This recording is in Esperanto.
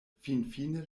finfine